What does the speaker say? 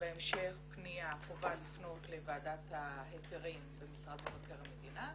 ובהמשך חובה לפנות לוועדת ההיתרים במשרד מבקר המדינה,